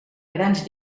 grans